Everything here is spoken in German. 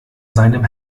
seinem